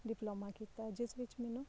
diploma ਕੀਤਾ ਜਿਸ ਵਿੱਚ ਮੈਨੂੰ